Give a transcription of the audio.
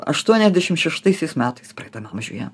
aštuoniasdešim šeštaisiais metais praeitam amžiuje